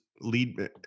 lead